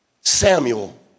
Samuel